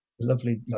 lovely